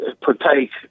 partake